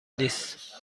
نیست